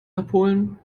abholen